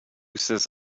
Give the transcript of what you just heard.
says